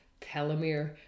telomere